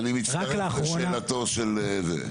רק לאחרונה --- אני מצטרף לשאלתו של יוראי.